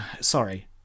sorry